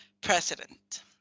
president